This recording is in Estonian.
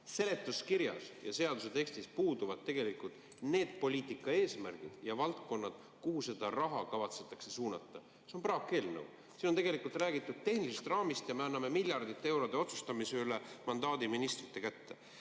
Seletuskirjas ja seaduse tekstis puuduvad tegelikult poliitika eesmärgid ja valdkonnad, kuhu seda raha kavatsetakse suunata. See on praakeelnõu. Siin on räägitud tehnilisest raamist ja me anname miljardite eurode üle otsustamise mandaadi ministritele.